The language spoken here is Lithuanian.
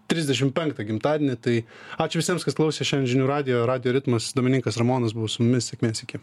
trisdešim penktą gimtadienį tai ačiū visiems kas klausė šian žinių radijo radijo ritmas domininkas ramonas buvo su mumis sėkmės iki